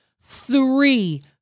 Three